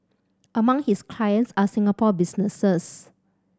among his clients are Singapore businesses